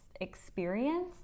experience